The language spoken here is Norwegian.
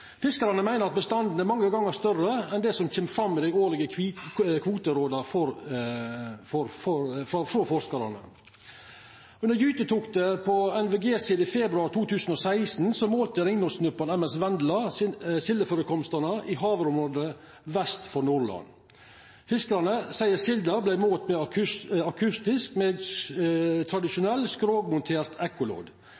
Fiskarane meiner at bestanden er mange gongar større enn det som kjem fram i dei årlege kvoteråda frå forskarane. Under gytetoktet på NVG-sild i februar 2016 målte ringnotsnurparen MS Vendla sildeførekomstane i havområdet vest for Nordland. Fiskarane seier at silda vart målt akustisk med